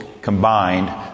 combined